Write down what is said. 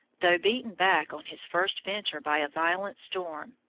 though beaten back on his first venture by a violent storm,